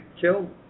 kill